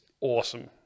awesome